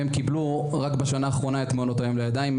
הם קיבלו רק בשנה האחרונה את מעונות היום לידיים שלהם,